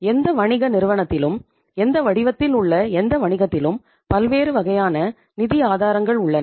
எந்த வணிக நிறுவனத்திலும் எந்த வடிவத்தில் உள்ள எந்த வணிகத்திலும் பல்வேறு வகையான நிதி ஆதாரங்கள் உள்ளன